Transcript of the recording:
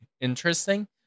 Interesting